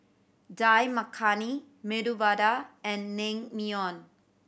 Dal Makhani Medu Vada and Naengmyeon